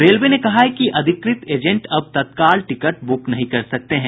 railway ने कहा है कि अधिकृत एजेंट अब तत्काल टिकट बुक नहीं कर सकते हैं